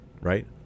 right